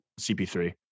cp3